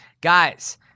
Guys